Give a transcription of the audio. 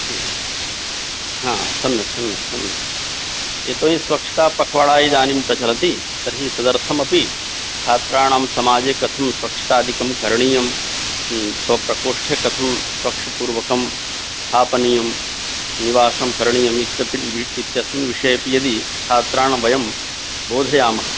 हा सम्यक् सम्यक् सम्यक् यतो हि स्वच्छतापख्वाडा इदानीं प्रचलति तर्हि तदर्थमपि छात्राणां समाजे कथं स्वच्छतादिकं करणीयं स्वप्रकोष्ठे कथं स्वच्छपूर्वकं स्थापनीयं निवासं करणीयं इत्यस्मिन् विषयेऽपि यदि छात्रान् वयं बोधयामः